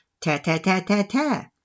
ta-ta-ta-ta-ta